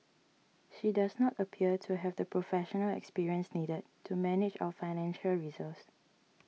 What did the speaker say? she does not appear to have the professional experience needed to manage our financial reserves